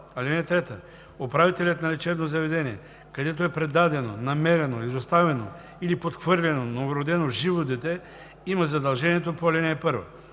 (3) Управителят на лечебно заведение, където е предадено, намерено, изоставено или подхвърлено новородено живо дете, има задължението по ал. 1.